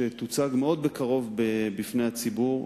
שתוצג בקרוב מאוד בפני הציבור,